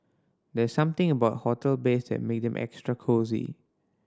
there's something about hotel beds that make them extra cosy